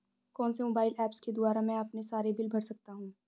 कौनसे mobile apps के द्वारा मैं अपने सारे बिल भर सकता हूं?